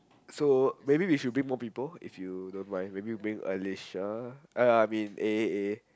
So maybe we should bring more people if you don't mind maybe we bring Alicia uh I mean A A